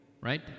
right